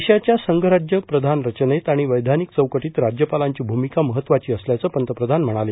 देशाच्या संघराज्य प्रधान रचनेत आणि वैघानिक चौकटीत राज्यपालांची भूमिका महत्त्वाची असल्याचं पंतप्रधान म्हणाले